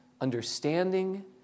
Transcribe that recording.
understanding